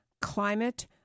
Climate